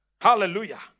Hallelujah